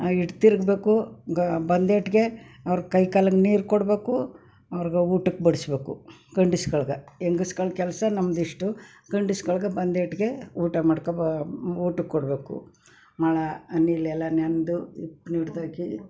ಆ ಹಿಟ್ಟು ತಿರುಗಬೇಕು ಗ ಬಂದೇಟ್ಗೆ ಅವ್ರ ಕೈ ಕಾಲಿಗೆ ನೀರು ಕೊಡಬೇಕು ಅವ್ರ್ಗೆ ಊಟಕ್ಕೆ ಬಡಿಸಬೇಕು ಗಂಡಸ್ಗಳ್ಗೆ ಹೆಂಗಸ್ಗಳು ಕೆಲಸ ನಮ್ಮದಿಷ್ಟು ಗಂಡಸ್ಗಳ್ಗೆ ಬಂದೇಟಿಗೆ ಊಟ ಮಾಡ್ಕೊ ಬಾ ಊಟಕ್ಕೆ ಕೊಡಬೇಕು ಮಣ ಅಲ್ಲಿಲ್ಲೆಲ್ಲ ನೆನೆದು ಉಪ್ನಿಡ್ದಾಕಿ